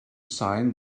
sign